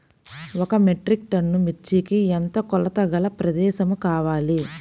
ఒక metric ton మిర్చికి ఎంత కొలతగల ప్రదేశము కావాలీ?